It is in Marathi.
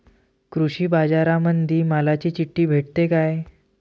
कृषीबाजारामंदी मालाची चिट्ठी भेटते काय?